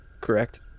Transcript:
correct